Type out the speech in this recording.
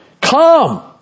Come